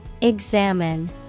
Examine